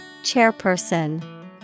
Chairperson